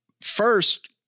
first